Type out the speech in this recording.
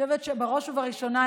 אני חושבת שבראש ובראשונה,